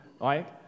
right